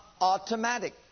automatic